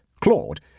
Claude